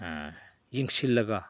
ꯌꯦꯡꯁꯤꯜꯂꯒ